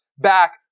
back